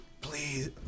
Please